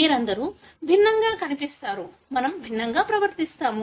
మీరందరూ భిన్నంగా కనిపిస్తారుమనము భిన్నంగా ప్రవర్తిస్తాము